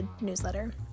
newsletter